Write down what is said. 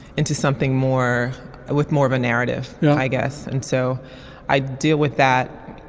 into something more with more of a narrative yeah i guess. and so i deal with that.